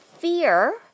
fear